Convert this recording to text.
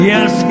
Yes